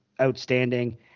outstanding